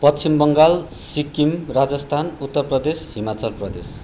Paschim Bangal Sikkim Rajasthan Uttar Pradesh Himachal Pradesh